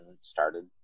started